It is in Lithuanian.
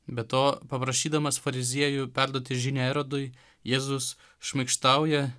be to paprašydamas fariziejų perduoti žinią erodui jėzus šmaikštauja